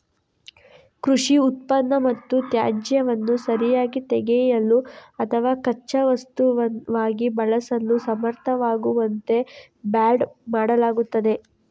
ಕೃಷಿ ಉತ್ಪನ್ನ ಮತ್ತು ತ್ಯಾಜ್ಯವನ್ನು ಸರಿಯಾಗಿ ತೆಗೆಯಲು ಅಥವಾ ಕಚ್ಚಾ ವಸ್ತುವಾಗಿ ಬಳಸಲು ಸಮರ್ಥವಾಗುವಂತೆ ಬ್ಯಾಲ್ಡ್ ಮಾಡಲಾಗುತ್ತದೆ